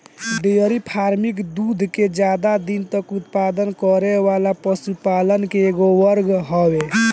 dairy farming दूध के ज्यादा दिन तक उत्पादन करे वाला पशुपालन के एगो वर्ग हवे